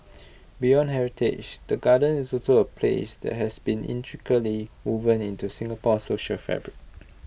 beyond heritage the gardens is also A place that has been intricately woven into Singapore's social fabric